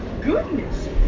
Goodness